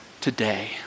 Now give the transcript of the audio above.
today